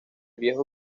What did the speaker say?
viejo